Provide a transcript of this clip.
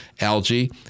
algae